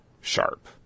sharp